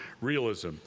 realism